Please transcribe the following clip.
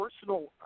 personal